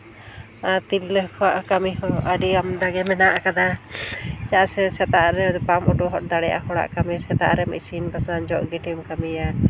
ᱟᱨ ᱛᱤᱨᱞᱟᱹ ᱠᱚᱣᱟᱜ ᱠᱟᱹᱢᱤ ᱦᱚᱸ ᱟᱹᱰᱤ ᱟᱢᱫᱟ ᱜᱮ ᱢᱮᱱᱟᱜ ᱠᱟᱫᱟ ᱪᱮᱫᱟᱜ ᱥᱮ ᱥᱮᱛᱟᱜ ᱨᱮ ᱵᱟᱢ ᱩᱰᱩᱠ ᱦᱚᱫ ᱫᱟᱲᱮᱭᱟᱜᱼᱟ ᱦᱚᱲᱟᱜ ᱠᱟᱹᱢᱤ ᱥᱮᱛᱟᱜ ᱨᱮ ᱤᱥᱤᱱ ᱵᱟᱥᱟᱝ ᱡᱚᱜ ᱜᱤᱰᱤᱢ ᱠᱟᱹᱢᱤᱭᱟ